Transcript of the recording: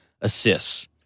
assists